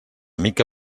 mica